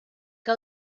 que